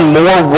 more